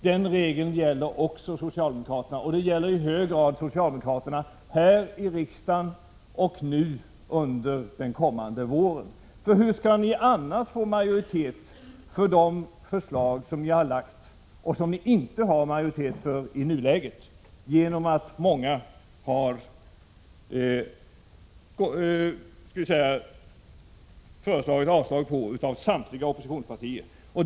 Den regeln gäller också socialdemokraterna, och den gäller i hög grad också socialdemokraterna här i riksdagen och nu under den kommande våren. Hur skall ni annars kunna få majoritet för de förslag som ni har lagt fram och som ni inte har majoritet för i nuläget? Samtliga oppositionspartier går ju i vissa fall på avslagslinjen.